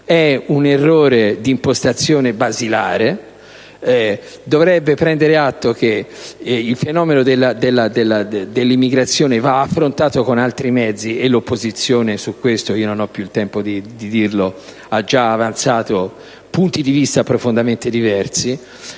è un errore d'impostazione basilare, dovrebbe prendere atto che il fenomeno dell'immigrazione va affrontato con altri mezzi, e l'opposizione su questo - non ho più il tempo di dirlo - ha già avanzato proposte profondamente diverse